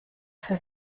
für